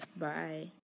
Bye